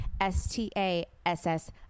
S-T-A-S-S